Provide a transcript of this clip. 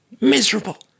miserable